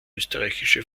österreichische